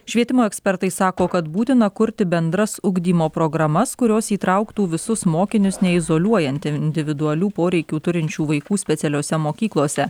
švietimo ekspertai sako kad būtina kurti bendras ugdymo programas kurios įtrauktų visus mokinius neizoliuojant individualių poreikių turinčių vaikų specialiose mokyklose